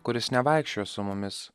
kuris nevaikščiojo su mumis